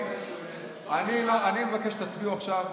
אני מבקש שתצביעו עכשיו.